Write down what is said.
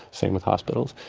same with hospitals.